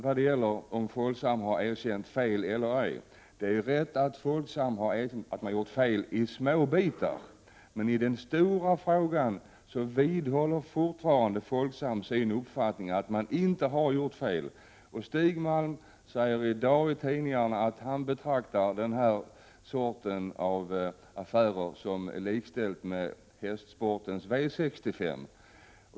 Vad gäller om Folksam har erkänt fel eller ej är det riktigt att Folksam har erkänt fel i vissa enskildheter, men i den stora frågan vidhåller Folksam fortfarande uppfattningen att man inte har gjort fel. Prot. 1987/88:33 Stig Malm säger i dag i tidningarna att han betraktar den här sortens affärer 27 november 1987 som likställda med hästsportens V 65.